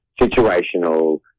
situational